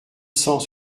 cent